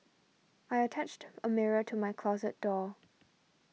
I attached a mirror to my closet door